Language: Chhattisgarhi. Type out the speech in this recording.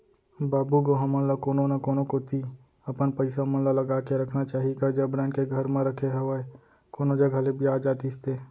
बाबू गो हमन ल कोनो न कोनो कोती अपन पइसा मन ल लगा के रखना चाही गा जबरन के घर म रखे हवय कोनो जघा ले बियाज आतिस ते